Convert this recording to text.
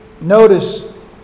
Notice